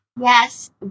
Yes